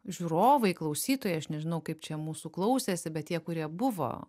žiūrovai klausytojai aš nežinau kaip čia mūsų klausėsi bet tie kurie buvo